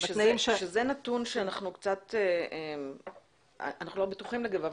זה נתון שאנחנו לא בטוחים לגביו.